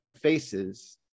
faces